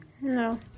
No